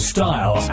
Style